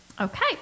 Okay